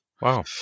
Wow